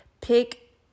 pick